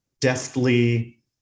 deftly